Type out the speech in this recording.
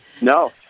No